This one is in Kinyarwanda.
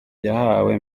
yahawe